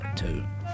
two